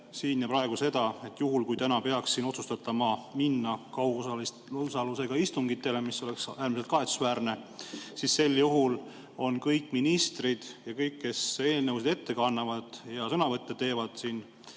siin ja praegu seda, et juhul, kui täna peaks siin otsustatama minna kaugosalusega istungitele, mis oleks äärmiselt kahetsusväärne, on kõik ministrid ja kõik, kes eelnõusid ette kannavad ja menetluse